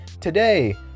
Today